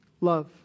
Love